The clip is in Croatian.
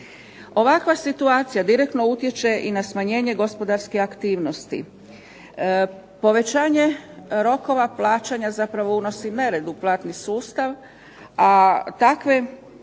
Ovakva situacija direktno utječe i na smanjenje gospodarske aktivnosti. Povećanje rokova plaćanja zapravo unosi nered u platni sustav, a takve